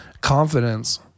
Confidence